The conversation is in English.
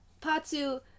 Patsu